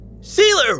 Sealer